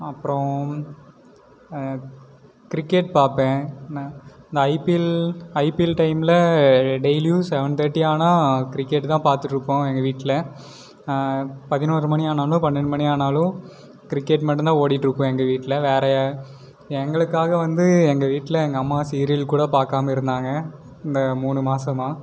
அப்புறோம் கிரிக்கெட் பார்ப்பேன் நான் இந்த ஐபிஎல் ஐபிஎல் டைம்மில் டெய்லியும் செவன் தேர்ட்டி ஆனால் கிரிக்கெட் தான் பார்த்துட்ருப்போம் எங்கள் வீட்டில் பதினோரு மணி ஆனாலும் பன்னெண்டு மணி ஆனாலும் கிரிக்கெட் மட்டும்தான் ஓடிட்டுருக்கும் எங்கள் வீட்டில் வேறு எங்களுக்காக வந்து எங்கள் வீட்டில் எங்கள் அம்மா சீரியல் கூட பார்க்காம இருந்தாங்க இந்த மூணு மாசமாக